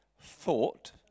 thought